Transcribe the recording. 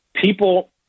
people